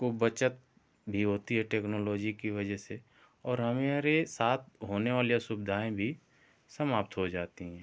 को बचत भी होती है टेक्नोलॉजी की वजह से और हमारे साथ होने वाली असुविधाएँ भी समाप्त हो जाती है